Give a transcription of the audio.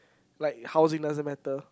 like housing doesn't matter